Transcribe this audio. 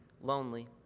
lonely